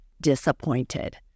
disappointed